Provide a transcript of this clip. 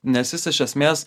nes jis iš esmės